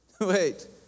Wait